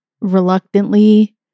reluctantly